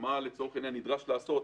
מה נדרש לעשות,